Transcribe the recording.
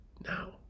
now